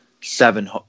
seven